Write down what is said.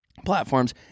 platforms